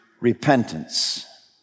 repentance